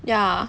ya